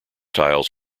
tiles